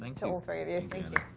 to all three of you.